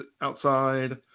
outside